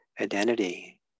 identity